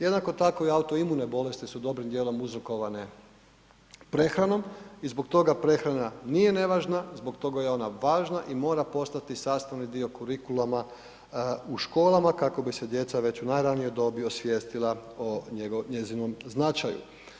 Jednako tako i autoimune bolesti su dobrim dijelom uzrokovane prehranom i zbog toga prehrana nije nevažna, zbog toga je ona važna i mora postati sastavni dio kurikuluma u školama kako bi se djeca već u najranijoj dobi osvijestila o njezinom značaju.